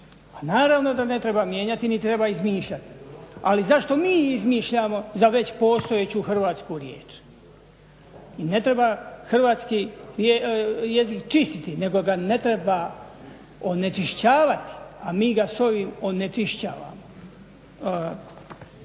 naravno da ne treba mijenjati niti treba izmišljati. Ali zašto mi izmišljamo za već postojeću hrvatsku riječ. I ne treba hrvatski jezik čistiti nego ga ne treba onečišćavati, a mi ga s ovim onečišćavamo.